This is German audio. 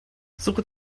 suche